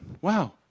Wow